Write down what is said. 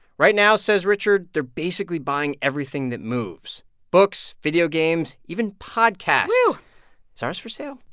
right now, says richard, they're basically buying everything that moves books, video games, even podcasts woo is ours for sale?